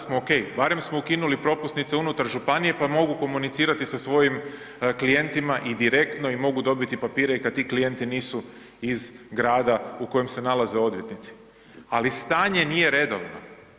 Sada smo ok, barem smo ukinuli propusnice unutar županije pa mogu komunicirati sa svojim klijentima i direktno mogu dobiti papire i kada ti klijenti nisu iz grada u kojem se nalaze odvjetnici, ali stanje nije redovno.